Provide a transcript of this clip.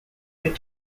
but